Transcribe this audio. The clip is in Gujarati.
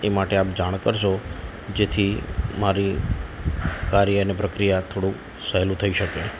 એ માટે આપ જાણ કરશો જેથી મારી કાર્ય અને પ્રક્રિયા થોડું સહેલું થઈ શકે